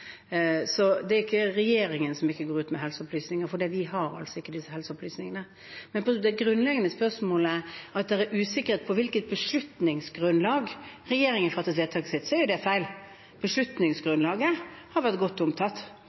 Så det er ikke regjeringen som ikke går ut med helseopplysninger, for vi har ikke disse helseopplysningene. Men til det grunnleggende spørsmålet om at det er usikkerhet rundt på hvilket beslutningsgrunnlag regjeringen fattet vedtaket sitt – det er jo feil. Beslutningsgrunnlaget har vært godt omtalt.